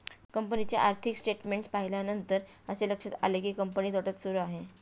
कंपनीचे आर्थिक स्टेटमेंट्स पाहिल्यानंतर असे लक्षात आले की, कंपनी तोट्यात सुरू आहे